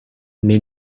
mais